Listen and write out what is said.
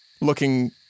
looking